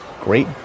great